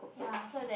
ya so that